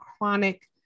chronic